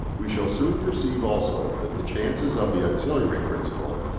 we shall soon perceive also that the chances of the auxiliary principle,